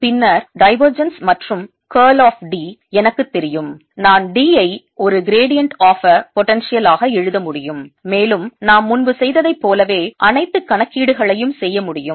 பின்னர் divergence மற்றும் curl of D எனக்குத் தெரியும் நான் D ஐ ஒரு gradient of a potential ஆக எழுத முடியும் மேலும் நாம் முன்பு செய்ததைப் போலவே அனைத்து கணக்கீடுகளையும் செய்ய முடியும்